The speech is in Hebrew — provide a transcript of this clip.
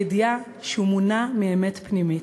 הידיעה שהוא מוּנע מאמת פנימית.